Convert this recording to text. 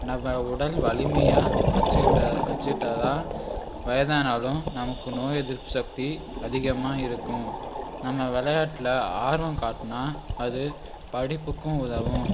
நம்ம உடல் வலிமையாக வச்சுக்கிட்டால் வச்சுக்கிட்டால் தான் வயதானாலும் நமக்கு நோய் எதிர்ப்பு சக்தி அதிகமாக இருக்கும் நம்ம விளையாட்ல ஆர்வம் காட்டினா அது படிப்புக்கும் உதவும்